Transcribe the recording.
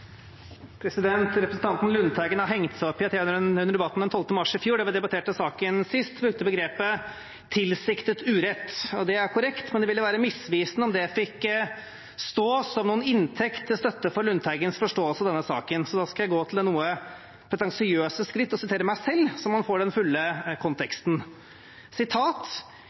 korrekt, men det ville være misvisende om det fikk stå som noen inntekt til støtte for Lundteigens forståelse av denne saken, så da skal jeg gå til det noe pretensiøse skritt å sitere meg selv, så man får den fulle konteksten: